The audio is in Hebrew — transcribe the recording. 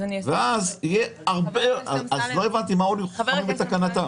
לא הבנתי מה הועילו חכמים בתקנתם.